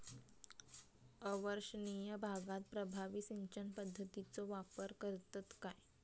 अवर्षणिय भागात प्रभावी सिंचन पद्धतीचो वापर करतत काय?